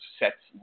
sets